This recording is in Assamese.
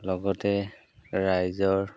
লগতে ৰাইজৰ